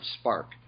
spark